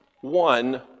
one